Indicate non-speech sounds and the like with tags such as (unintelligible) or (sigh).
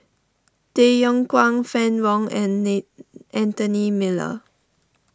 Tay Yong Kwang Fann Wong and (unintelligible) Anthony Miller